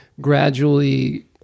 gradually